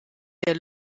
der